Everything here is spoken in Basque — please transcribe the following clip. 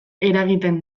eragiten